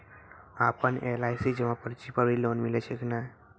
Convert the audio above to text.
आपन एल.आई.सी जमा पर्ची पर भी लोन मिलै छै कि नै?